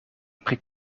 pri